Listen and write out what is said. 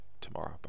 tomorrow